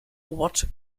what